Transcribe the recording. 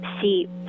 see